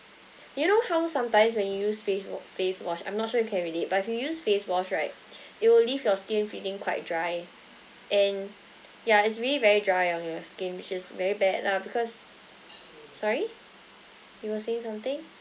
you know how sometimes when you use face wa~ face wash I'm not sure you can relate but if you use face wash right it will leave your skin feeling quite dry and ya it's really very dry on your skin which is very bad lah because sorry you were saying something